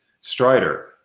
Strider